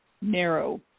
narrow